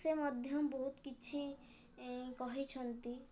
ସେ ମଧ୍ୟ ବହୁତ କିଛି କହିଛନ୍ତି